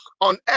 on